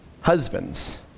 husbands